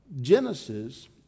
Genesis